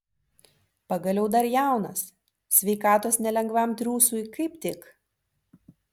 pagaliau dar jaunas sveikatos nelengvam triūsui kaip tik